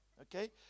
Okay